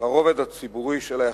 ברובד הציבורי של היחסים.